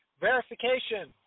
verification